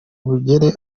bugere